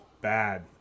bad